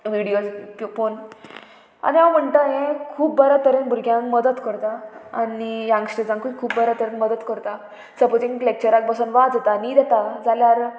videos पळोवन आनी हांव म्हणटा हें खूब बऱ्या तरेन भुरग्यांक मदत करता आनी यंगस्टर्जांकूय खूब बऱ्या तरेन मदत करता सपोजींग लॅक्चराक बसोन वाज येता न्ही जाता जाल्यार